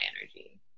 energy